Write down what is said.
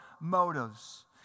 motives